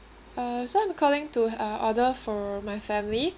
uh so I'm calling to uh order for my family